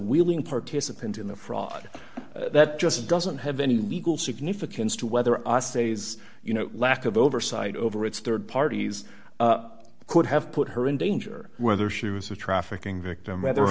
willing participant in the fraud that just doesn't have any legal significance to whether us days you know lack of oversight over its rd parties could have put her in danger whether she was a trafficking victim whether